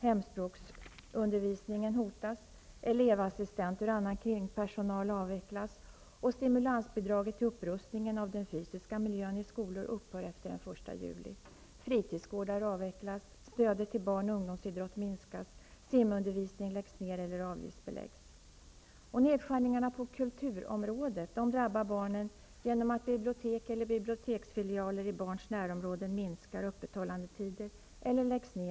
Hemspråksundervisningen hotas, elevassistenter och annan kringpersonal avvecklas, och stimulansbidraget till upprustningen av den fysiska miljön i skolor upphör efter den 1 juli. Och nedskärningarna på kulturområdet drabbar barnen genom att bibliotek eller biblioteksfilialer i barns närområden minskar öppethållandetider eller läggs ned.